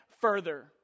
further